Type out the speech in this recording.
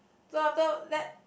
so after that